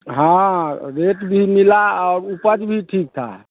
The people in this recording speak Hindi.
हाँ रेट भी मिला और उपज भी ठीक था